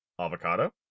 Avocado